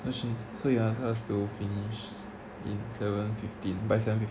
so they ask us to finish in seven fifteen by seven fifteen